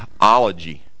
Ology